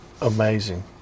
Amazing